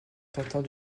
tentant